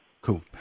Cool